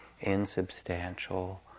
insubstantial